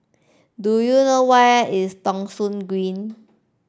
do you know where is Thong Soon Green